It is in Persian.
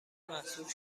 محصور